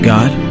God